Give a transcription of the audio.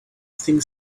think